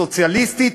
סוציאליסטית,